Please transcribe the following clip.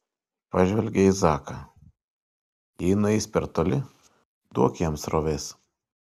pažvelgė į zaką jei nueis per toli duok jam srovės